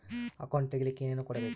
Account ತೆಗಿಲಿಕ್ಕೆ ಏನೇನು ಕೊಡಬೇಕು?